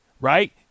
right